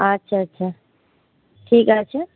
আচ্ছা আচ্ছা ঠিক আছে